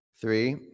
three